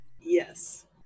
Yes